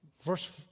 Verse